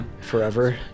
Forever